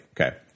Okay